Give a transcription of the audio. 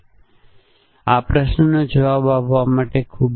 અને આ દરેક કોલમને અહીં આપણે તેને નિયમ કહીશું